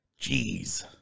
jeez